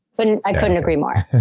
but and i couldn't agree more.